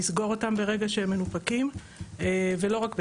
לסגור אותם ברגע שהם מנופקים ולא רק בקנביס.